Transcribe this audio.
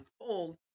unfold